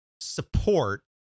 support